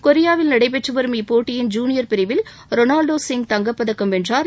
கொரியாவில் நடைபெற்று வரும் இப்போட்டியின் ஜூனியர் பிரிவில் ரொனால்டோ சிங் தங்கப்பதக்கம் வென்றாா்